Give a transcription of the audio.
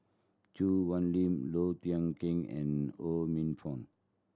Choo Hwee Lim Low Thia Khiang and Ho Minfong